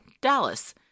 Dallas